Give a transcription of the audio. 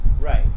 Right